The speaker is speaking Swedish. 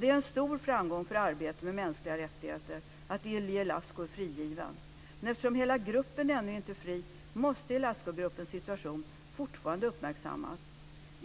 Det är en stor framgång för arbetet med mänskliga rättigheter att Ilie Ilascu är frigiven. Men eftersom hela gruppen ännu inte är fri, måste Ilascu-gruppens situation fortfarande uppmärksammas.